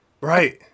Right